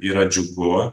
yra džiugu